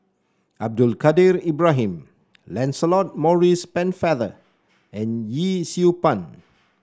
Abdul Kadir Ibrahim Lancelot Maurice Pennefather and Yee Siew Pun